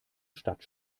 stadt